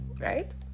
right